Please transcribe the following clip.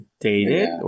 dated